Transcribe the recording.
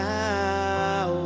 now